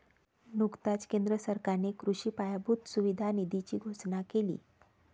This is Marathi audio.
नुकताच केंद्र सरकारने कृषी पायाभूत सुविधा निधीची घोषणा केली